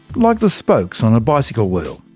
like the spokes on a bicycle wheel.